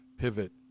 pivot